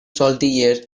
salty